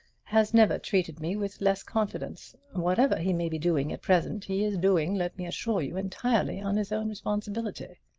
has never treated me with less confidence. whatever he may be doing at present, he is doing, let me assure you, entirely on his own responsibility.